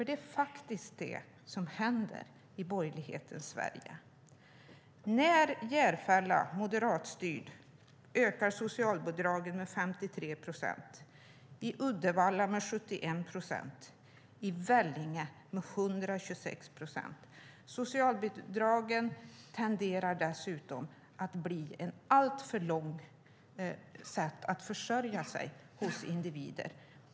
Det är faktiskt det som händer i borgerlighetens Sverige när moderatstyrda Järfälla ökar socialbidragen med 53 procent, när Uddevalla ökar socialbidragen med 71 procent och när Vellinge ökar socialbidragen med 126 procent. Socialbidragen tenderar dessutom att bli ett alltför långvarigt sätt att försörja sig för individer.